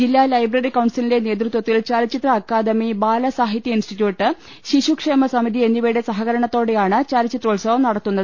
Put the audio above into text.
ജില്ലാ ലൈബ്രറി കൌൺസിലിന്റെ നേതൃത്വത്തിൽ ചലച്ചിത്ര അക്കാ ദമി ബാലസ്ാഹിത്യ ഇൻസ്റ്റിറ്റ്യൂട്ട് ശിശുക്ഷേമസമിതി എന്നിവയുടെ സഹകരണത്തോടെയാണ് ചലച്ചിത്രോത്സവം നടത്തുന്നത്